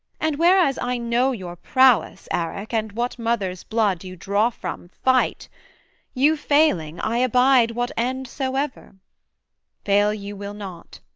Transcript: and whereas i know your prowess, arac, and what mother's blood you draw from, fight you failing, i abide what end soever fail you will not.